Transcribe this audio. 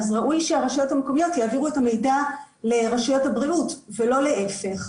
ראוי שהרשויות המקומיות יעבירו את המידע לרשויות הבריאות ולא להפך.